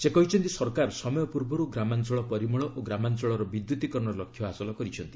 ସେ କହିଛନ୍ତି ସରକାର ସମୟ ପୂର୍ବରୁ ଗ୍ରାମାଞ୍ଚଳ ପରିମଳ ଓ ଗ୍ରାମାଞ୍ଚଳର ବିଦ୍ୟତିକରଣ ଲକ୍ଷ୍ୟ ହାସଲ କରିଛନ୍ତି